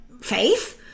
faith